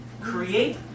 Create